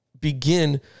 begin